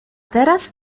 teraz